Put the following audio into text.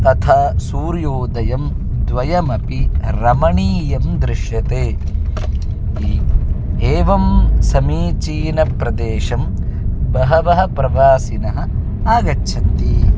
तथा सूर्योदयं द्वयमपि रमणीयं दृश्येते एवं समीचीनप्रदेशं बहवः प्रवासिनः आगच्छन्ति